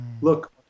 Look